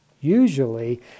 Usually